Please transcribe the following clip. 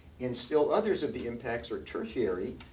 and still others of the impacts are tertiary,